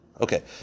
Okay